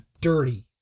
dirty